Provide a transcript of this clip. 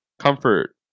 comfort